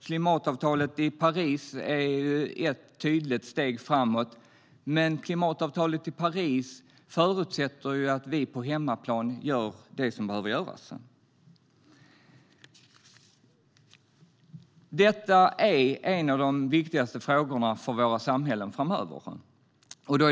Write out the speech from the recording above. Klimatavtalet i Paris är ett tydligt steg framåt, men klimatavtalet i Paris förutsätter att vi på hemmaplan gör det som behöver göras. Detta är en av de viktigaste frågorna för våra samhällen framöver.